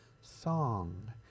song